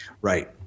Right